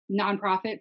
nonprofit